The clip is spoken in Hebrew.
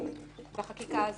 בחקיקה הזאת.